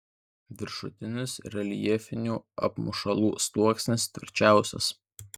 viršutinis reljefinių apmušalų sluoksnis tvirčiausias